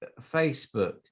Facebook